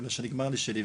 בגלל שנגמר לי שלי,